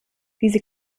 diese